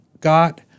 got